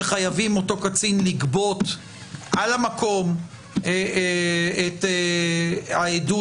שחייב אותו קצין לגבות על המקום את העדות